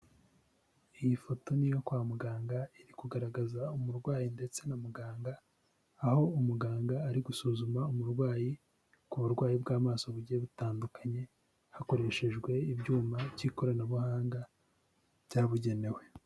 Iyi foto n'iyo kwa muganga, iri kugaragaza umurwayi ndetse na muganga, aho umuganga ari gusuzuma umurwayi ku burwayi bw'amaso bugiye butandukanye, hakoreshejwe ibyuma by'ikoranabuhanga byabugenewe.